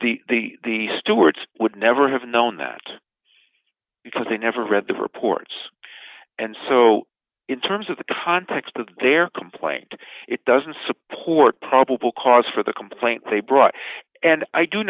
the the stuarts would never have known that because they never read the reports and so in terms of the context of their complaint it doesn't support probable cause for the complaint they brought and i do